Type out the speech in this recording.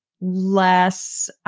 less